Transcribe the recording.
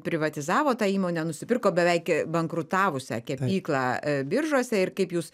privatizavo tą įmonę nusipirko beveik bankrutavusią kepyklą biržuose ir kaip jūs